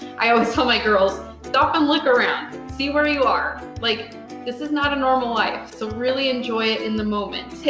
i always tell my girls, stop and look around. see where you are. like this is not a normal life, so really enjoy it in the moment.